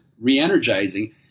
re-energizing